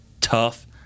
tough